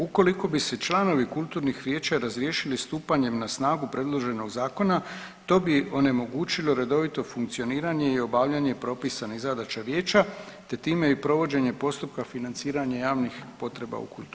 Ukoliko bi se članovi kulturnih vijeća razriješili stupanjem na snagu predloženog zakona to bi onemogućilo redovito funkcioniranje i obavljanje propisanih zadaća vijeća, te time i provođenje postupka financiranja javnih potreba u kulturi.